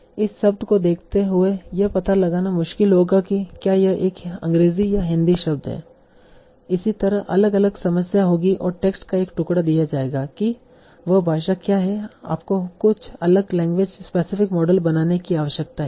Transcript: इसलिए इस शब्द को देखते हुए यह पता लगाना मुश्किल होगा कि क्या यह एक अंग्रेजी या हिंदी शब्द है इसलिए इस तरह अलग अलग समस्याएं होंगी और टेक्स्ट का एक टुकड़ा दिया जाएगा की वहा भाषा क्या है आपको कुछ अलग लैंग्वेज स्पेसिफिक मॉडल बनाने की आवश्यकता है